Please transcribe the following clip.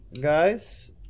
guys